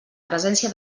presència